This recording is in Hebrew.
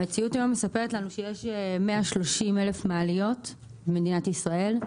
המציאות היום מספרת לנו שיש 130,000 מעליות במדינת ישראל,